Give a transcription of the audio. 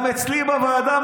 גם אצלי בוועדה,